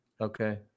Okay